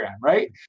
right